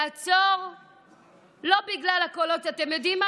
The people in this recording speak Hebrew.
לעצור לא בגלל הקולות, אתם יודעים מה?